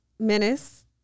menace